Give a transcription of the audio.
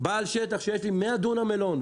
בעל שטח שיש לי 100 דונם מלון,